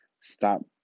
Stop